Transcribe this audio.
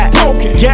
broken